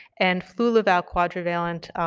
and flulaval quadrivalent,